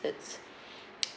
it's